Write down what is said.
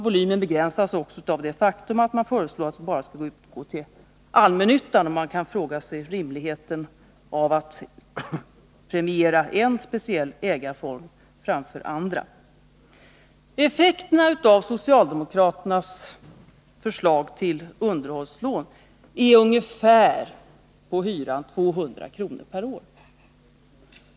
Volymen begränsas också av det faktum att man föreslår att lånen bara skall utgå till allmännyttan — vi kan fråga efter rimligheten i att premiera en speciell ägarform framför alla andra. Effekterna på hyran av socialdemokraternas förslag till underhållslån är ungefär 200 kr. per år.